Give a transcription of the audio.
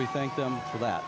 we thank them for that